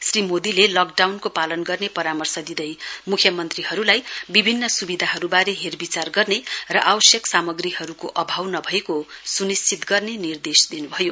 श्री मोदीले लकडाउनको पालन गर्ने परामर्श दिँदै मुख्यमन्त्रीहरूलाई विभन्न सुविधाहरूबारे हेर्चाह गर्ने र आवश्यक सामाग्रीहरूको अभाव नभएको सुनिश्चित गर्ने निर्देश दिनुभयो